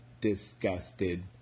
disgusted